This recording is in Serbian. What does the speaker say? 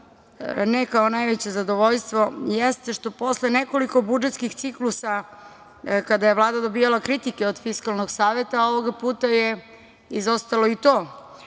ne kao najveće zadovoljstvo, jeste što posle nekoliko budžetskih ciklusa, kada je Vlada dobijala kritike od Fiskalnog saveta, ovoga puta je izostalo i to.